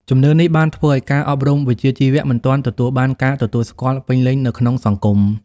ជំនឿនេះបានធ្វើឱ្យការអប់រំវិជ្ជាជីវៈមិនទាន់ទទួលបានការទទួលស្គាល់ពេញលេញនៅក្នុងសង្គម។